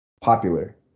popular